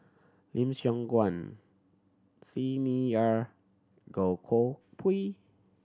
Lim Siong Guan Xi Ni Er Goh Koh Pui